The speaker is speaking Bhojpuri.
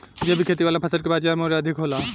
जैविक खेती वाला फसल के बाजार मूल्य अधिक होला